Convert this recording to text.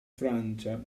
francia